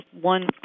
one